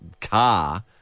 car